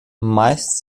meist